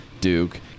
duke